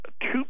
two